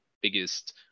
biggest